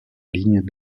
ligne